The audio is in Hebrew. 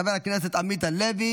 חבר הכנסת אבי מעוז,